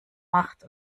macht